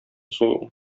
сум